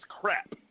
crap